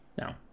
no